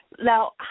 Now